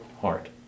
heart